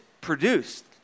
produced